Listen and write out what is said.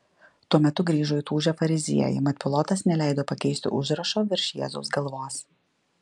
tuo metu grįžo įtūžę fariziejai mat pilotas neleido pakeisti užrašo virš jėzaus galvos